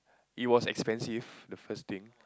it was expensive the first thing